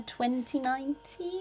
2019